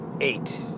eight